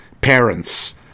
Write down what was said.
parents